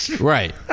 Right